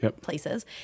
places